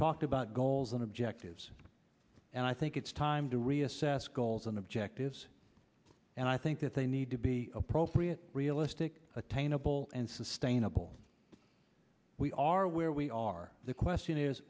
talked about goals and objectives and i think it's time to reassess goals and objectives and i think that they need to be appropriate realistic attainable and sustainable we are where we are the question is